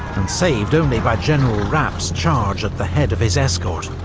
and saved only by general rapp's charge at the head of his escort.